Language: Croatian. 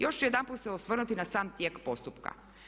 Još ću jedanput se osvrnuti na sam tijek postupka.